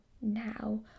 now